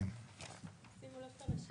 אפשר בינתיים לבדוק לי